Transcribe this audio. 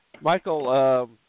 Michael